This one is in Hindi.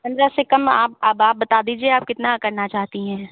पंद्रस से कम अब आप बता दीजिए आप कितना करना चाहती हैं